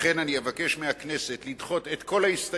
לכן אני אבקש מהכנסת לדחות את כל ההסתייגויות.